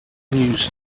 news